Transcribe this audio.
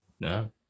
No